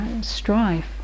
strife